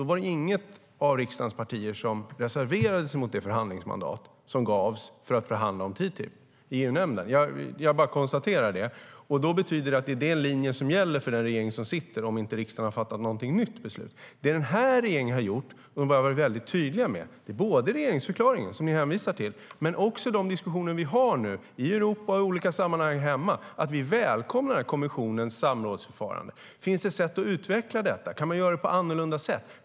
Inget av riksdagens partier reserverade sig mot det förhandlingsmandat som gavs i EU-nämnden för att förhandla om TTIP. Det betyder att denna linje gäller för den regering som sitter så länge riksdagen inte har fattat ett nytt beslut. Finns det sätt att utveckla detta? Kan man göra det på annorlunda sätt?